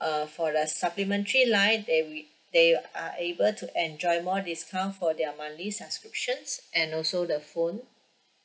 uh for the supplementary line they wi~ they are able to enjoy more discount for their monthly subscriptions and also the phone